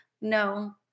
no